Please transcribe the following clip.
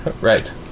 right